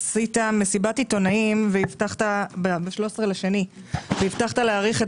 עשית מסיבת עיתונאים ב-13.2 והבטחת להאריך את